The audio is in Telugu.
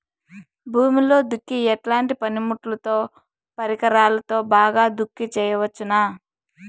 భూమిలో దుక్కి ఎట్లాంటి పనిముట్లుతో, పరికరాలతో బాగా దుక్కి చేయవచ్చున?